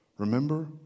Remember